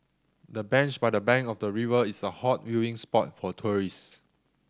the bench by the bank of the river is a hot viewing spot for tourists